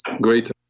great